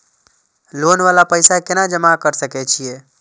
Loan वाला पैसा केना जमा कर सके छीये?